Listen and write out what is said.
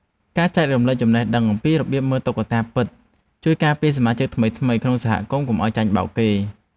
ការចែករំលែកចំណេះដឹងអំពីរបៀបមើលតុក្កតាពិត ជួយការពារសមាជិកថ្មីៗក្នុងសហគមន៍កុំឱ្យចាញ់បោកគេ។